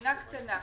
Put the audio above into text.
ומדינה קטנה,